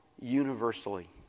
universally